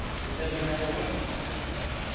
it and it doesn't matter what time school starts.